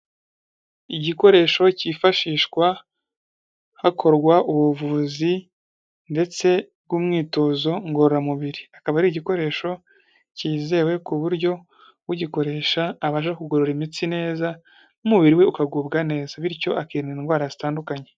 Igikoresho cyifashishwa hakorwa ubuvuzi ndetse bw'umwitozo ngororamubiri, akaba ari igikoresho cyizewe, ku buryo ugikoresha abasha kugorora imitsi neza, n'umubiri we ukagubwa neza, bityo akirinda indwara zitandukanye.